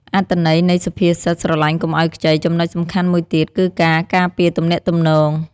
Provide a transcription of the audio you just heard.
អត្ថន័យនៃសុភាសិត "ស្រឡាញ់កុំឲ្យខ្ចី" ចំណុចសំខាន់មួយទៀតគឺការការពារទំនាក់ទំនង។